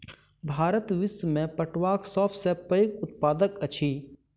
भारत विश्व में पटुआक सब सॅ पैघ उत्पादक अछि